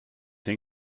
you